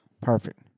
Perfect